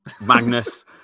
Magnus